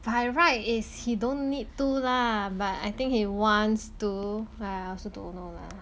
by right is he don't need to lah but I think he wants to !aiya! so don't know lah